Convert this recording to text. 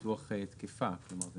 פסקה (4) תנוסח לאחר דיאלוג ובדיקה ותובא שוב